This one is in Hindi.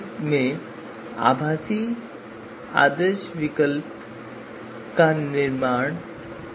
इसलिए कोई वास्तविक आदर्श विकल्प नहीं है इसलिए हम एक आभासी आदर्श विकल्प को परिभाषित करने जा रहे हैं